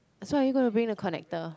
so are you gonna bring the connector